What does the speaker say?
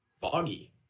foggy